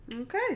okay